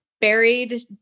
buried